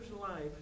life